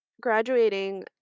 graduating